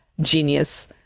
genius